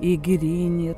į girinį